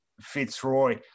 Fitzroy